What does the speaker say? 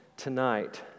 Tonight